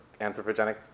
anthropogenic